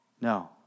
No